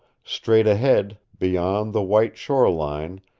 straight ahead, beyond the white shore line,